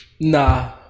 Nah